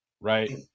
Right